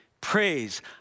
praise